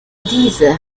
diese